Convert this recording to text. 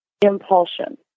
impulsion